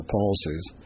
policies